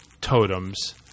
totems